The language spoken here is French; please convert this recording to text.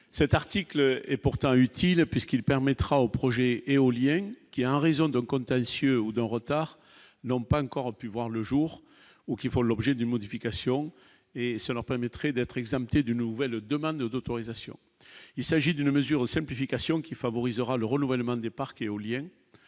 cet article est pourtant utile, puisqu'il permettra au projet éolien qui, en raison de contentieux ou de retard n'ont pas encore pu voir le jour, ou qui font l'objet de modifications et ça leur permettrait d'être examiné, d'une nouvelle demande d'autorisation, il s'agit d'une mesure de simplification qui favorisera le renouvellement des parcs éoliens,